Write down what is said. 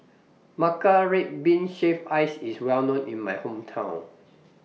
Matcha Red Bean Shaved Ice IS Well known in My Hometown